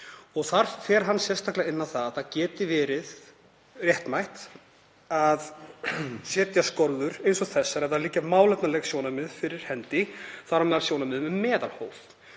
og þar fer hann sérstaklega inn á að það geti verið réttmætt að setja skorður eins og þessar séu málefnaleg sjónarmið fyrir hendi, þar á meðal sjónarmið um meðalhóf.